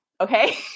Okay